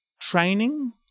training